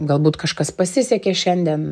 galbūt kažkas pasisekė šiandien